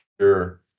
sure